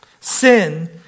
Sin